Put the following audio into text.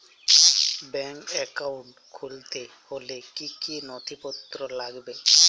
Bank account খুলতে হলে কি কি নথিপত্র লাগবে?